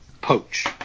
Poach